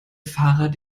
fahrer